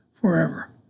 forever